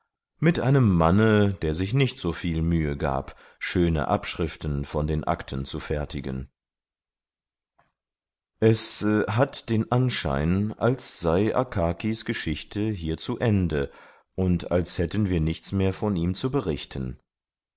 mit einem manne der sich nicht so viel mühe gab schöne abschriften von den akten zu fertigen es hat den anschein als sei akakis geschichte hier zu ende und als hätten wir nichts mehr von ihm zu berichten